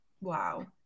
Wow